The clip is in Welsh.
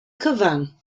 cyfan